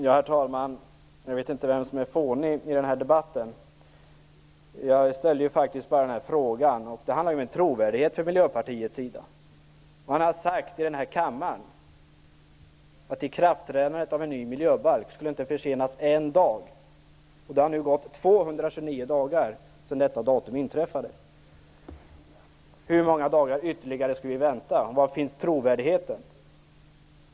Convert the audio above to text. Herr talman! Jag vet inte vem det är som är fånig i den här debatten. Jag ställde ju faktiskt bara en fråga. Det handlar ju om Miljöpartiets trovärdighet. Man har i denna kammare sagt att ikraftträdandet av en ny miljöbalk inte skulle försenas en dag. Det har nu gått Hur många dagar ytterligare skall vi vänta? Var finns trovärdigheten?